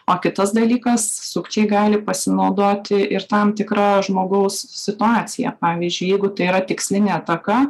o kitas dalykas sukčiai gali pasinaudoti ir tam tikra žmogaus situacija pavyzdžiui jeigu tai yra tikslinė ataka